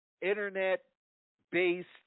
internet-based